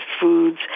foods